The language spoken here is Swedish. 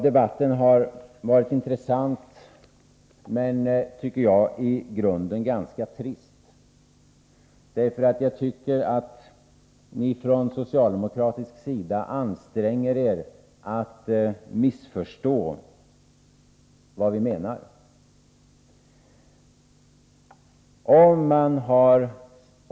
Debatten har varit intressant men, tycker jag, i grunden ganska trist. Jag tycker att ni från socialdemokratisk sida anstränger er att missförstå vad vi menar.